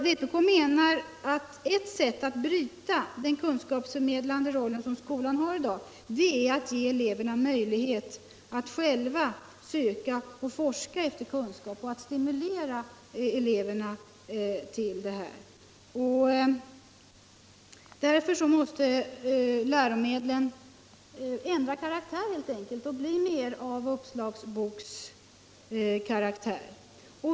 Vpk menar att ett sätt att bryta den kunskapsförmedlande roll som skolan har i dag är att ge eleverna möjlighet att själva söka och forska efter kunskap och att stimulera eleverna till detta. Därför måste läromedlen helt enkelt ändra beskaffenhet och få mer av uppslagsbokskaraktär.